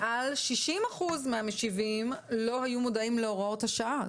מעל 60% מהמשיבים לא היו מודעים להוראות השעה,